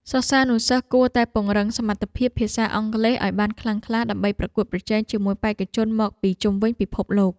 សិស្សានុសិស្សគួរតែពង្រឹងសមត្ថភាពភាសាអង់គ្លេសឱ្យបានខ្លាំងក្លា ដើម្បីប្រកួតប្រជែងជាមួយបេក្ខជនមកពីជុំវិញពិភពលោក។